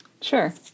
Sure